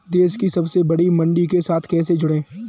देश की सबसे बड़ी मंडी के साथ कैसे जुड़ें?